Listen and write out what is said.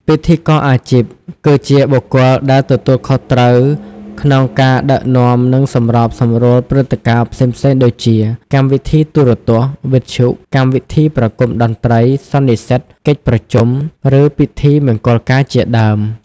ពិធីករអាជីព គឺជាបុគ្គលដែលទទួលខុសត្រូវក្នុងការដឹកនាំ និងសម្របសម្រួលព្រឹត្តិការណ៍ផ្សេងៗដូចជា កម្មវិធីទូរទស្សន៍ វិទ្យុ កម្មវិធីប្រគំតន្ត្រី សន្និសីទ កិច្ចប្រជុំ ឬពិធីមង្គលការជាដើម។